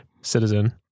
citizen